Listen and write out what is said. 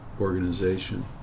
organization